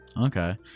Okay